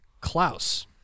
Klaus